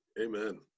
Amen